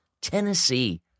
Tennessee